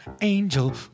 angel